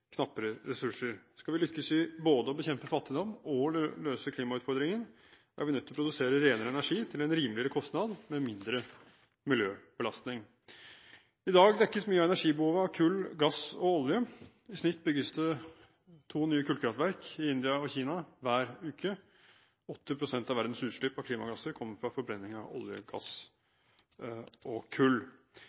knappere ressurser. Skal vi lykkes i både å bekjempe fattigdom og løse klimautfordringen, er vi nødt til å produsere renere energi til en rimeligere kostnad, med mindre miljøbelastning. I dag dekkes mye av energibehovet av kull, gass og olje. I snitt bygges det to nye kullkraftverk i India og Kina hver uke. 80 pst. av verdens utslipp av klimagasser kommer fra forbrenning av olje, gass og kull.